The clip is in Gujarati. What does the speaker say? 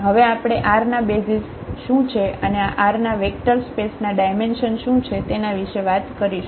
હવે આપણે R ના બેસિઝ શું છે અને આ R ના વેક્ટર સ્પેસ ના ડાયમેન્શન શું છે તેના વિષે વાત કરીશું